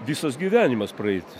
visas gyvenimas praeit